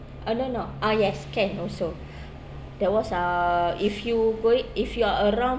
ah no no ah yes can also that was uh if you going if you are around